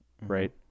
Right